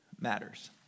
matters